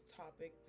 topic